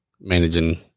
managing